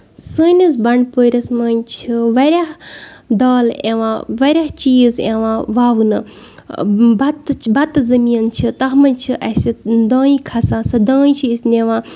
سٲنِس بنٛڈپوٗرِس منٛز چھِ واریاہ دالہٕ یِوان واریاہ چیٖز یِوان وَونہٕ بَتہٕ بَتہٕ زٔمیٖن چھِ تَتھ منٛز چھِ اَسہِ دانہِ کھسان سۄ دانہِ چھِ أسۍ نِوان